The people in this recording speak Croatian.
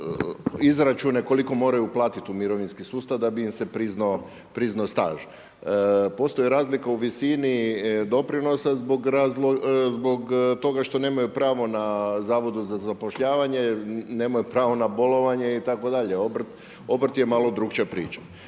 izračune koliko moraju platit u mirovinski sustav da bi im se priznao staž. Postoji razlika u visini doprinosa zbog toga što nemaju pravo na Zavodu za zapošljavanje, nemaju pravo na bolovanje itd. obrt je malo drukčija priča.